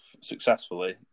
successfully